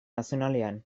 nazionalean